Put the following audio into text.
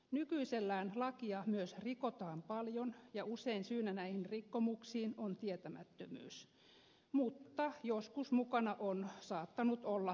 nykyisellään lakia myös rikotaan paljon ja usein syynä näihin rikkomuksiin on tietämättömyys mutta joskus mukana on saattanut olla tahallisuuttakin